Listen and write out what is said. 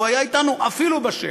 הוא היה אתנו אפילו בשלג.